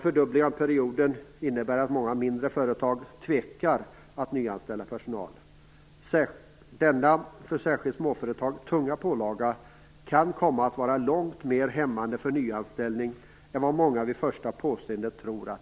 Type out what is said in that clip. Fördubblingen av perioden innebär att många mindre företag tvekar att nyanställa personal. Denna särskilt för småföretag tunga pålaga, kan komma att vara långt mer hämmande för nyanställning än vad många vid första påseende tror.